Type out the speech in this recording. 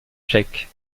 tchèque